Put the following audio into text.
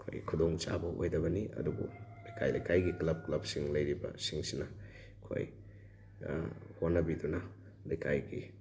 ꯑꯩꯈꯣꯏ ꯈꯨꯗꯣꯡ ꯆꯥꯕ ꯑꯣꯏꯗꯕꯅꯤ ꯑꯗꯨꯕꯨ ꯂꯩꯀꯥꯏ ꯂꯩꯀꯥꯏꯒꯤ ꯀ꯭ꯂꯕ ꯀ꯭ꯂꯕꯁꯤꯡ ꯂꯩꯔꯤꯕ ꯁꯤꯡꯁꯤꯅ ꯑꯩꯈꯣꯏ ꯍꯣꯠꯅꯕꯤꯗꯨꯅ ꯂꯩꯀꯥꯏꯒꯤ